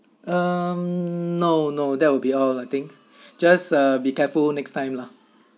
um no no that will be all I think just uh be careful next time lah